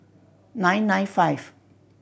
nine nine five